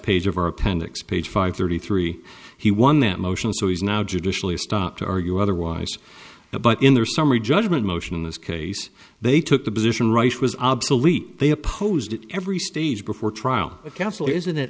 page of our appendix page five thirty three he won that motion so he's now judicially stopped to argue otherwise but in their summary judgment motion in this case they took the position rice was obsolete they opposed every stage before trial counsel isn't it